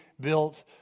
built